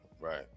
Right